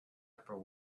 upper